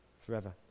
forever